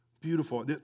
beautiful